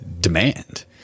demand